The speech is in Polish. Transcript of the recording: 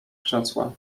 krzesła